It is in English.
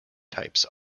types